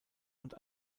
und